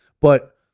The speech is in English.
But-